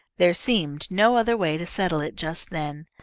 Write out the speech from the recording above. there seemed no other way to settle it just then,